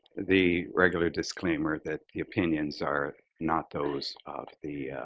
the regular disclaimer that the opinions are not those of the